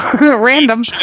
Random